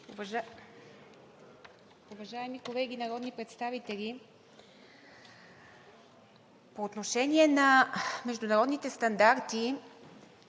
Уважаеми колеги народни представители! По отношение на международните стандарти,